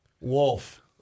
Wolf